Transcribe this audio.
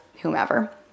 whomever